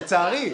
לצערי.